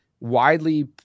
widely